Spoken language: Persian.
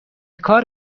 کار